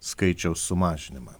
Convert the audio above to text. skaičiaus sumažinimą